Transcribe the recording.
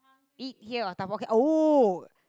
eat here or dabao ok~ !oh!